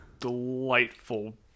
delightful